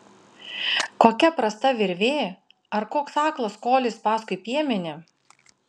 kokia prasta virvė ar koks aklas kolis paskui piemenį